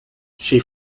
she